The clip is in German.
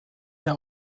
der